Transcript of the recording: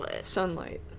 sunlight